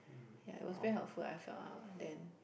ya it was very helpful I felt out ah then